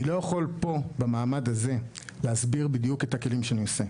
אני לא יכול פה במעמד הזה להסביר בדיוק את הכלים שאני עושה.